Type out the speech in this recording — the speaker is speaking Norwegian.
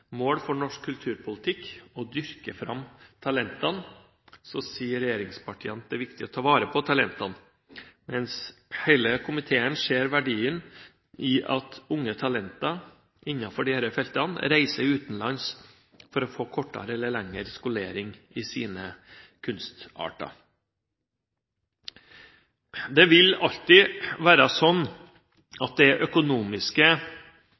mål for norsk kulturpolitikk å dyrke fram talentene, sier regjeringspartiene at det er viktig å ta vare på talentene. Men hele komiteen ser verdien i at unge talenter innenfor disse feltene reiser utenlands for å få kortere eller lenger skolering i sine kunstarter. Det vil alltid være økonomiske